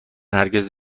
هرگز